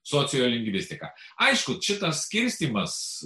sociolingvistika aišku šitas skirstymas